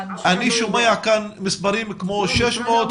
אני שומע כאן מספרים כמו 600,